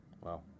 Wow